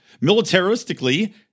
Militaristically